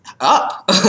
up